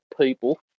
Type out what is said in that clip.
people